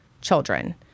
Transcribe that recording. children